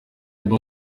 mba